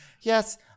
Yes